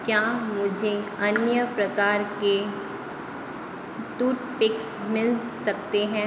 क्या मुझे अन्य प्रकार के टूथपिक्स मिल सकते हैं